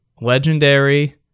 legendary